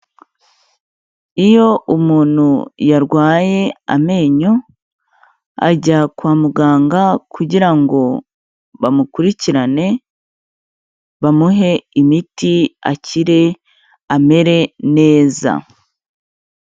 Iyo umuntu yarwaye amenyo ajya kwa muganga kugira ngo bamukurikirane, bamuhe imiti akire amere neza.